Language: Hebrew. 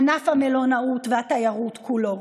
ענף המלונאות והתיירות כולו.